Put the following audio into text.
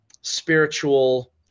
spiritual